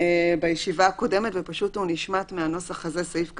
בישיבה הקודמת והוא נשמט מהנוסח הזה, סעיף קטן.